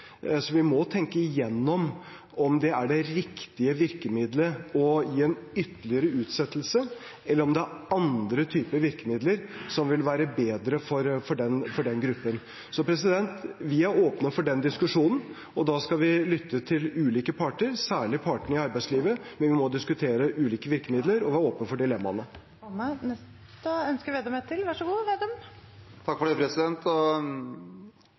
så vi må tenke gjennom om det er det riktige virkemiddelet å gi en ytterligere utsettelse, eller om det er andre typer virkemidler som vil være bedre for den gruppen. Vi er åpne for den diskusjonen, og da skal vi lytte til ulike parter, særlig partene i arbeidslivet, men vi må diskutere ulike virkemidler og være åpne for dilemmaene. Trygve Slagsvold Vedum – til oppfølgingsspørsmål. Jeg mener oppriktig at jeg er glad for det